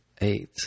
eight